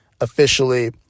officially